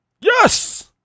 Yes